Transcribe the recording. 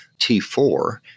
T4